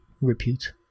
repute